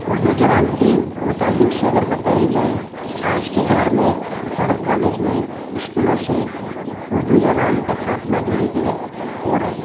اردو زبان کے متعلق سے اگر بتائی جائی تو آج کے دور میں ہر کالج میں اسکولوں سے اردو زبان کا خاتمہ دھیرے دھیرے ہو رہا ہے